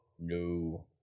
No